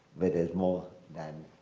where there's more than